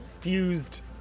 fused